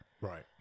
right